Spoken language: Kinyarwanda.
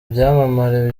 byamamare